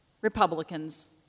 Republicans